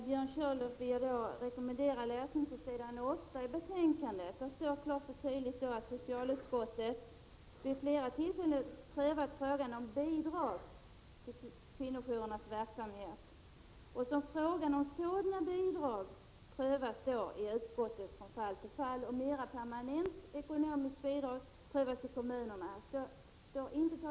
Herr talman! Skälet till att vi inte kan stödja reservationen är kanske inte att dess förslag är felaktigt i sak, utan att det inte är vi i vårt utskott som har att ta ställning till om det skall vara mer stöd och föranstalta om en sådan kartläggning.